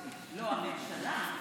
לא, הממשלה.